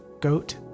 goat